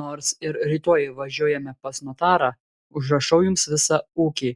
nors ir rytoj važiuojame pas notarą užrašau jums visą ūkį